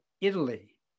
Italy